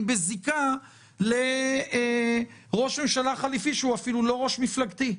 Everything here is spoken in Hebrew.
בזיקה לראש ממשלה חליפי שהוא אפילו לא ראש מפלגתי.